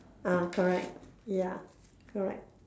ah correct ya correct